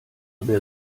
wer